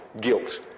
guilt